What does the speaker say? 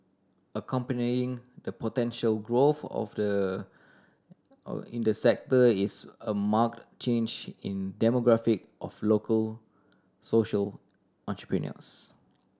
accompanying the potential growth of the in the sector is a marked change in demographic of local social entrepreneurs